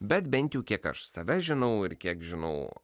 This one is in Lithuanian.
bet bent jau kiek aš save žinau ir kiek žinau